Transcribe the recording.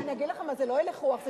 אני אגיד לך מה, זה לא הלך רוח, זה